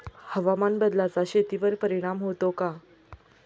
हवामान बदलाचा शेतीवर परिणाम होतो का?